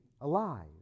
alive